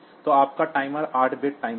तो आपका timer 8 bit timer है